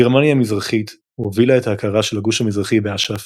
גרמניה המזרחית הובילה את ההכרה של הגוש המזרחי באש"ף